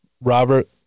Robert